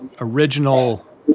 original